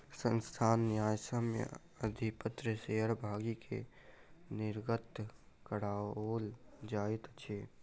संस्थान न्यायसम्य अधिपत्र शेयर भागी के निर्गत कराओल जाइत अछि